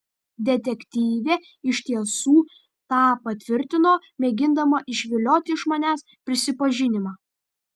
detektyvė iš tiesų tą patvirtino mėgindama išvilioti iš manęs prisipažinimą